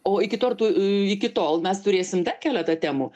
o iki tortų iki tol mes turėsim dar keletą temų